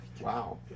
Wow